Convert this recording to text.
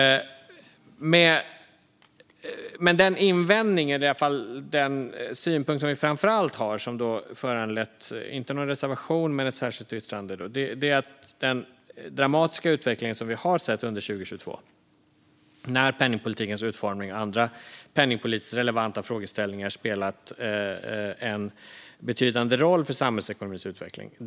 Den synpunkt som vi framför allt har och som har föranlett ett särskilt yttrande, inte en reservation, gäller den dramatiska utvecklingen under 2022 när penningpolitikens utformning och andra penningpolitiskt relevanta frågeställningar har spelat en betydande roll för samhällsekonomins utveckling.